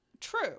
True